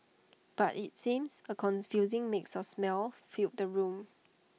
but IT seems A confusing mix of smells filled the room